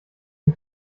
dem